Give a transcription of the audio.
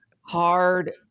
Hard